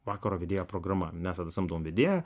vakaro vedėjo programa mes samdom vedėją